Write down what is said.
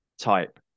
type